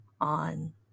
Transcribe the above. on